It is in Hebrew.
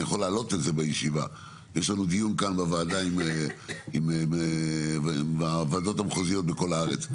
יש לנו דיון בוועדה עם הוועדות המחוזיות בכל הארץ,